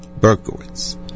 Berkowitz